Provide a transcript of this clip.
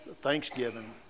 thanksgiving